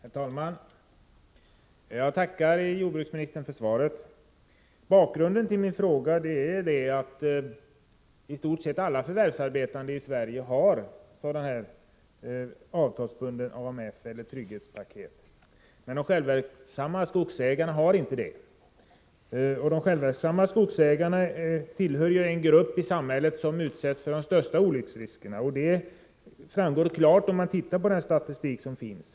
Herr talman! Jag tackar jordbruksministern för svaret. Bakgrunden till min fråga är att i stort sett alla förvärvsarbetande i Sverige har avtalsbunden AMF, som även kallas trygghetspaket, men de självverksamma skogsägarna har inte det. De självverksamma skogsägarna är den grupp i samhället som utsätts för de största olycksriskerna. Det framgår klart av den statistik som finns.